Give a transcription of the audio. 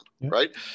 right